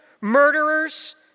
murderers